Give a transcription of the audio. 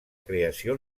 creació